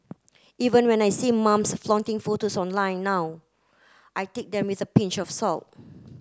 even when I see mums flaunting photos online now I take them with a pinch of salt